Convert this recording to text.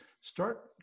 start